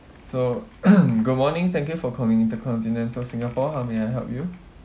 so good morning thank you for calling intercontinental singapore how may I help you